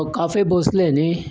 cafe Bhosle नी